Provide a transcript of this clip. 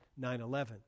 9-11